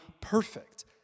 perfect